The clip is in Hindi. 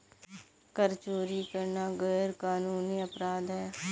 कर चोरी करना गैरकानूनी अपराध है